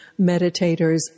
meditators